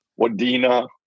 Wadena